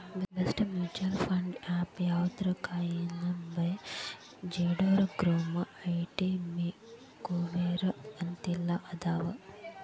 best mutual fund apps ಯಾವಂದ್ರಾ coin by Zerodha Groww ET money Kuvera ಅಂತೆಲ್ಲಾ ಅದಾವ